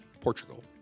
Portugal